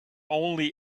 only